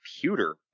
computer